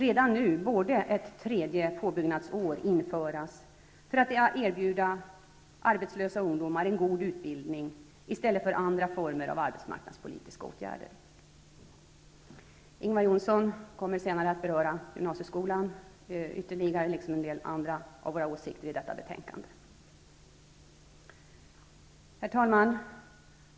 Redan nu borde ett tredje påbyggnadsår införas för att arbetslösa ungdomar skall erbjudas en god utbildning i stället för andra former av arbetsmarknadspolitiska åtgärder. Ingvar Johnsson kommer senare att beröra gymnasieskolan ytterligare liksom en del andra av våra åsikter i detta betänkande. Herr talman!